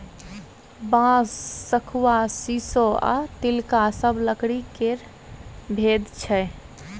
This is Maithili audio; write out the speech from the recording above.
बांस, शखुआ, शीशो आ तिलका सब लकड़ी केर भेद छै